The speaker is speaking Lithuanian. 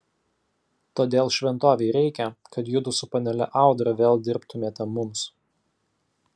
todėl šventovei reikia kad judu su panele audra vėl dirbtumėte mums